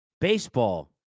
Baseball